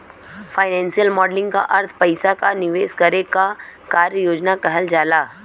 financial modelling क अर्थ पइसा क निवेश करे क कार्य योजना कहल जाला